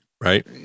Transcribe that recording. Right